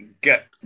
Get